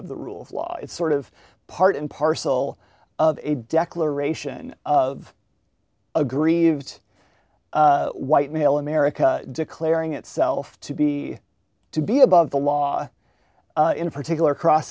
of the rule of law it's sort of part and parcel of a declaration of aggrieved white male america declaring itself to be to be above the law in a particular cross